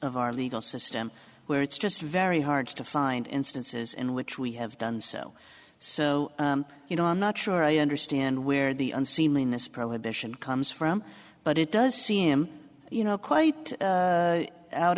of our legal system where it's just very hard to find instances in which we have done so so you know i'm not sure i understand where the unseemliness prohibition comes from but it does seem you know quite